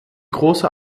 große